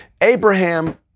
Abraham